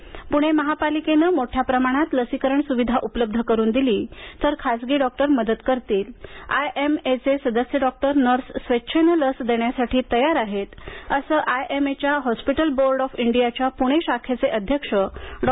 प्रणे महापालिकेने मोठ्या प्रमाणात लसीकरण सुविधा उपलब्ध करून दिली तर खासगी डॉक्टर मदत करतील आयएमएचे सदस्य डॉक्टर नर्स स्वेच्छेने लस देण्यासाठी तयार आहेत असं आयएमएच्या हॉस्पिटल बोर्ड ऑफ इंडियाच्या पुणे शाखेचे अध्यक्ष डॉ